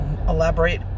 Elaborate